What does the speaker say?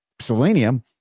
selenium